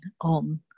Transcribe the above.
on